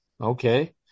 okay